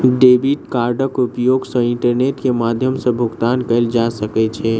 debit कार्डक उपयोग सॅ इंटरनेट के माध्यम सॅ भुगतान कयल जा सकै छै